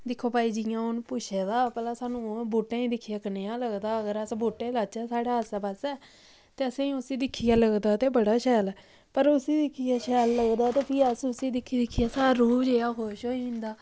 दिक्खो भाई जि'यां हून पुच्छे दा भला हून बूह्टें गी दिक्खियै कनेहा लगदा अगर अस बूह्टे लाचै साढ़े आस्सै पास्सै ते असें उस्सी दिक्खियै लगदा ते बड़ा शैल ऐ पर उस्सी दिक्खियै शैल लगदा ते फ्ही अस उस्सी दिक्खी दिक्खियै साढ़ा रूह् जेह्ड़ा ऐ ओह् खुश होई जंदा